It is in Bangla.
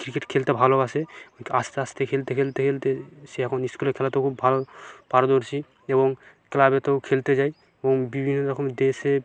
ক্রিকেট খেলতে ভালোবাসে ওই আস্তে আস্তে খেলতে খেলতে খেলতে সে এখন ইস্কুলের খেলাতেও খুব ভালো পারদর্শী এবং ক্লাবেতেও খেলতে যায় এবং বিভিন্ন রকম দেশে